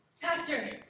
Pastor